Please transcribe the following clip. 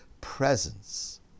presence